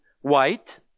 white